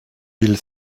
mille